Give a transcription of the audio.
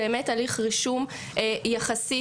באמת הליך רישום יחסית